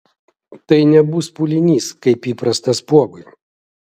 tai nebus pūlinys kaip įprasta spuogui